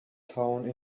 town